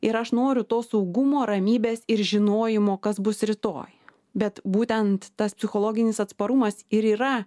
ir aš noriu to saugumo ramybės ir žinojimo kas bus rytoj bet būtent tas psichologinis atsparumas ir yra